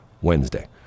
Wednesday